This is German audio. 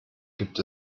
gibt